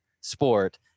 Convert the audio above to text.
sport